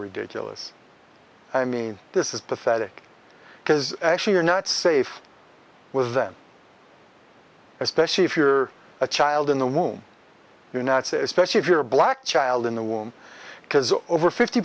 ridiculous i mean this is pathetic because actually you're not safe with them especially if you're a child in the womb you not say especially if you're a black child in the womb because over fifty